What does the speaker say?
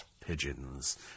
Pigeons